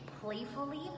playfully